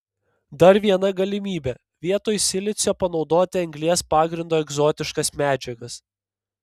dar viena galimybė vietoj silicio panaudoti anglies pagrindo egzotiškas medžiagas